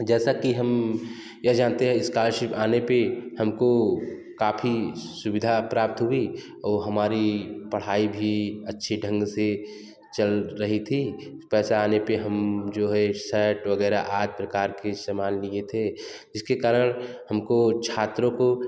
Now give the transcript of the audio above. जैसा कि हम यह जानते हैं इस्कॉलरशिप आने पे हमको काफ़ी सुविधा प्राप्त हुई और हमारी पढ़ाई भी अच्छे ढंग से चल रही थी पैसा आने पे हम जो है शर्ट वगैरह आदि प्रकार की समान लिए थे जिसके कारण हम को छात्रों को